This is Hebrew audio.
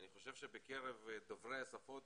אני חושב שבקרב דוברי השפות